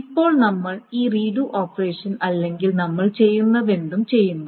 ഇപ്പോൾ നമ്മൾ ഈ റീഡു ഓപ്പറേഷൻ അല്ലെങ്കിൽ നമ്മൾ ചെയ്യുന്നതെന്തും ചെയ്യുന്നു